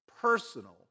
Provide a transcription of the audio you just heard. personal